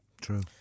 True